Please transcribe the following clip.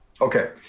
Okay